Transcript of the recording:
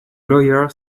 lawyer